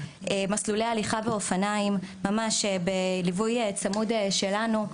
מסלולי הליכה ואופניים בליווי צמוד שלנו,